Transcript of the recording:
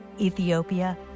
Ethiopia